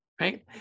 right